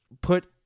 put